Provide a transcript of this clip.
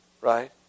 right